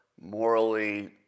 morally